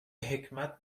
حکمت